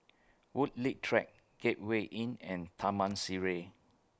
Woodleigh Track Gateway Inn and Taman Sireh